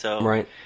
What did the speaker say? Right